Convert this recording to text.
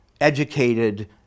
educated